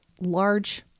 large